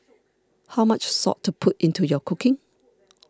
how much salt to put into your cooking